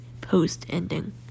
post-ending